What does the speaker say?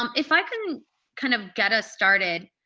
um if i can kind of get us started,